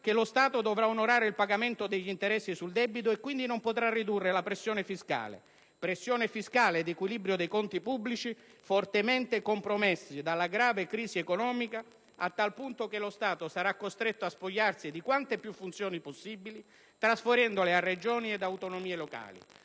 che lo Stato dovrà onorare il pagamento degli interessi sul debito e quindi non potrà ridurre la pressione fiscale. Pressione fiscale ed equilibrio dei conti pubblici fortemente compromessi dalla grave crisi economica, a tal punto che lo Stato sarà costretto a spogliarsi di quante più funzioni possibili, trasferendole a Regioni ed autonomie locali.